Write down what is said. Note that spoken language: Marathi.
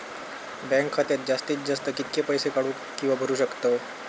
बँक खात्यात जास्तीत जास्त कितके पैसे काढू किव्हा भरू शकतो?